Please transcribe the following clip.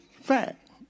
Fact